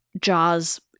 Jaws